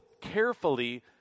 carefully